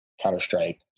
Counter-Strike